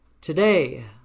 Today